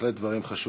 בהחלט דברים חשובים.